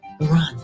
run